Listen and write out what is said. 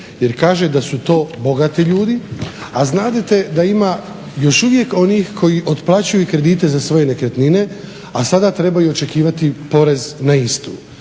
jer kaže da su to bogati ljudi, a znate da ima još uvijek onih koji otplaćuju kredite za svoje nekretnine, a sada trebaju očekivati porez na istu.